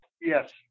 Yes